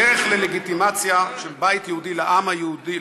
הדרך ללגיטימציה של בית יהודי לעם היהודי,